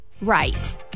Right